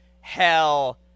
hell